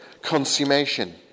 consummation